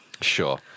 Sure